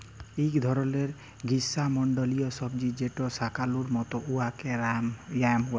ইক ধরলের গিস্যমল্ডলীয় সবজি যেট শাকালুর মত উয়াকে য়াম ব্যলে